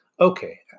Okay